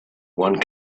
one